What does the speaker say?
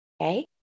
okay